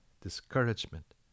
discouragement